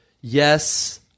yes